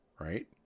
right